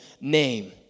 name